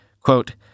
Quote